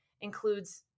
includes